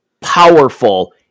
powerful